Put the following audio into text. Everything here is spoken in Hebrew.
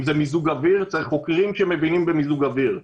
אם זה מיזוג אוויר - צריך חוקרים שמבינים במיזוג אוויר,